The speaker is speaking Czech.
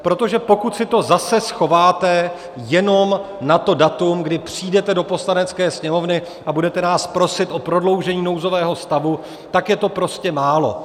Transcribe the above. Protože pokud si to zase schováte jenom na to datum, kdy přijdete do Poslanecké sněmovny a budete nás prosit o prodloužení nouzového stavu, tak je to prostě málo.